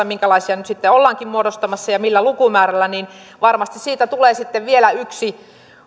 minkälaisia nyt sitten ollaankin muodostamassa ja millä lukumäärällä niin varmasti siitä tulee sitten vielä yksi